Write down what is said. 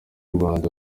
rwanda